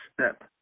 step